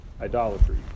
idolatry